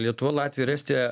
lietuva latvija ir estija